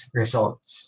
results